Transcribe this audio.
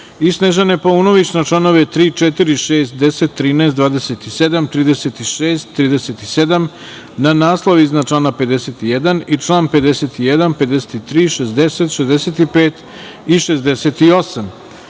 i Snežane Paunović na član 3, 4, 6, 10, 13, 27, 36, 37, na naslov iznad člana 51. i član 51, 53, 60, 65.